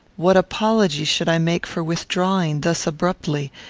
what apology should i make for withdrawing thus abruptly,